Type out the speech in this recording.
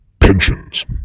pensions